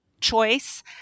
choice